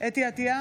חוה אתי עטייה,